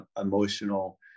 emotional